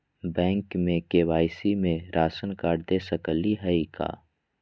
Bank में KYC में ration card दे सकली हई का?